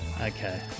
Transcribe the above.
Okay